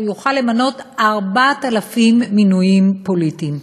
הוא יוכל למנות 4,000 מינויים פוליטיים.